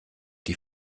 die